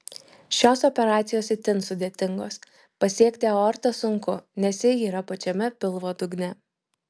šios operacijos itin sudėtingos pasiekti aortą sunku nes ji yra pačiame pilvo dugne